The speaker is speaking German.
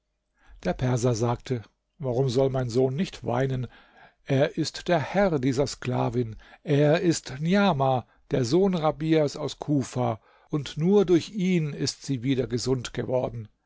der perser sagte warum soll mein sohn nicht weinen er ist der herr dieser sklavin er ist niamah der sohn rabias aus kufa und nur durch ihn ist sie wieder gesund geworden